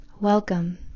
welcome